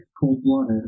cold-blooded